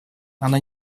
она